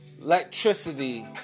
electricity